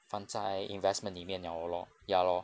放在 investment 里面 liao lor ya lor